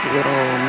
little